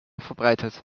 verbreitet